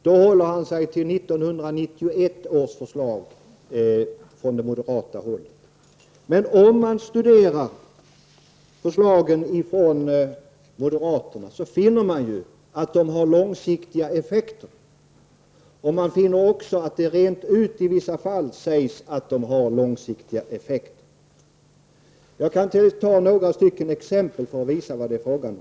Då håller han sig till 1991 års förslag från moderat håll. Om man studerar förslagen från moderaterna finner man att de har långsiktiga effekter. Man finner också att det i vissa fall sägs rent ut att de har långsiktiga effekter. Jag kan ta några exempel för att visa vad det är fråga om.